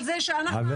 על זה שאנחנו עבריינים.